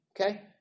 Okay